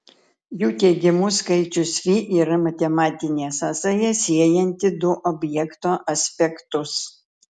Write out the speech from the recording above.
jų teigimu skaičius fi yra matematinė sąsaja siejanti du objekto aspektus